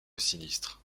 sinistre